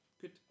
good